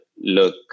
look